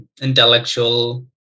intellectual